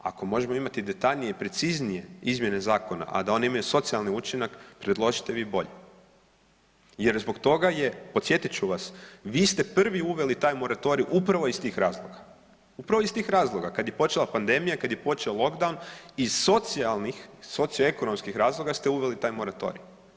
Ako možemo imati detaljnije i preciznije izmjene zakona, a da one imaju socijalni učinak predložite vi bolje jer zbog toga je, podsjetit ću vas, vi ste prvi uveli taj moratorij upravo iz tih razloga, upravo iz tih razloga kada je počela pandemija kada je počeo lockdown iz socijalnih iz socioekonomskih razloga ste uveli taj moratorij.